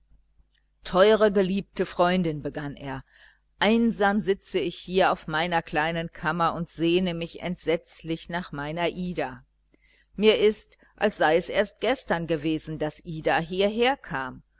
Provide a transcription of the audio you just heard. teure geliebte freundin begann er einsam sitze ich hier auf meiner kleinen kammer und sehne mich entsetzlich nach meiner ida mir ist es als sei es erst gestern gewesen daß ida hierherkam